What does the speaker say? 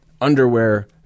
underwear